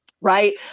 right